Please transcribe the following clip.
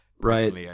right